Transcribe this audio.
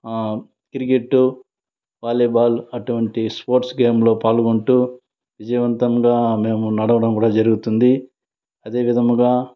cricket volleyball అటువంటి sports గేములో పాల్గొంటూ విజయవంతంగా మేము నడవడం కూడ జరుగుతుంది అదేవిధముగా